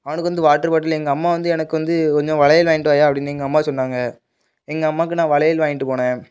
அவனுக்கு வந்து water bottle எங்கள் அம்மா வந்து எனக்கு வந்து கொஞ்சம் வளையல் வாங்கிட்டு வாய்யா அப்படினு எங்கள் அம்மா சொன்னாங்க எங்கள் அம்மாவுக்கு நான் வளையல் வாங்கிட்டு போனேன்